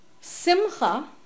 Simcha